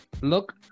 Look